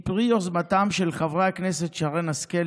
היא פרי יוזמתם של חברי הכנסת שרן השכל,